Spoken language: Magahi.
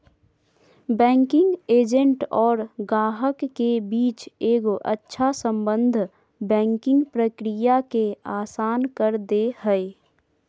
बैंकिंग एजेंट और गाहक के बीच एगो अच्छा सम्बन्ध बैंकिंग प्रक्रिया के आसान कर दे हय